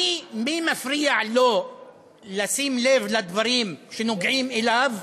מי מפריע לו לשים לב לדברים שנוגעים אליו?